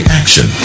action